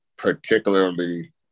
Particularly